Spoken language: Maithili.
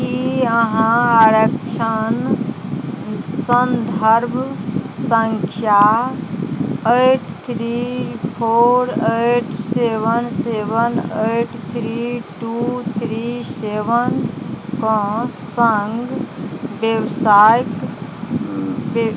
की अहाँ आरक्षण सन्धर्भ संख्या eight three four eight seven seven eight three two three seven कऽ सङ्ग बेवसायिक